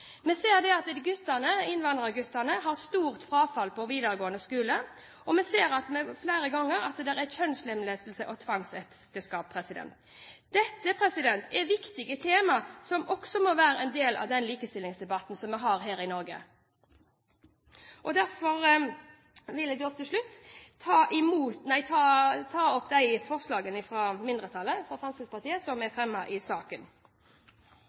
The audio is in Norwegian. Så ser vi at når de er ferdig med utdannelsen, går de ikke ut i jobb, men blir hjemme. Vi ser at innvandrerguttene har stort frafall på videregående skole, og vi hører flere ganger om kjønnslemlestelse og tvangsekteskap. Dette er viktige tema som også må være en del av den likestillingsdebatten som vi har her i Norge. Jeg vil til slutt ta opp mindretallsforslagene fra Fremskrittspartiet og Fremskrittspartiet og Høyre som er fremmet i saken.